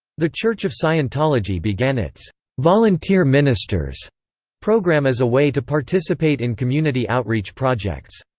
the church of scientology began its volunteer ministers program as a way to participate in community outreach projects.